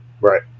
Right